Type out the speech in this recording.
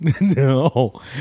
No